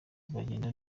bugenda